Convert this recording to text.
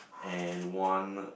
and one